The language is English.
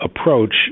approach